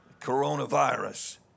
coronavirus